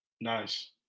Nice